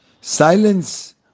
silence